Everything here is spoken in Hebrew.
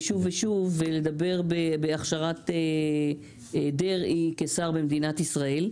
שוב ושוב ולדבר בהכשרת דרעי כשר במדינת ישראל.